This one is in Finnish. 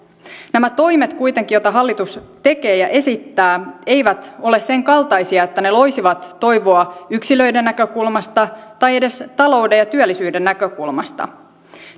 nämä toimet joita hallitus tekee ja esittää eivät ole sen kaltaisia että ne loisivat toivoa yksilöiden näkökulmasta tai edes talouden ja työllisyyden näkökulmasta